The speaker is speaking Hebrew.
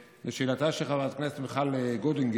לשאלתה של חברת הכנסת מיכל וולדיגר,